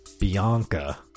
Bianca